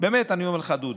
באמת אני אומר לך, דודי,